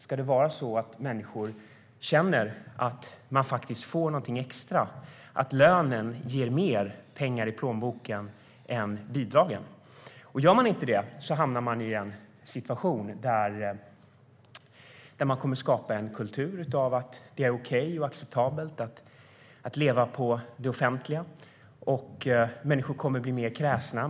Ska människor känna att de faktiskt får någonting extra, att lönen ger mer pengar i plånboken än bidragen? Gör de inte det hamnar man i en situation där man kommer att skapa en kultur av att det är okej och acceptabelt att leva på det offentliga. Människor kommer att bli mer kräsna.